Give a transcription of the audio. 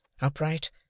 upright